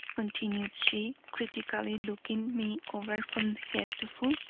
continued she, critically looking me over from head to foot.